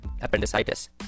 appendicitis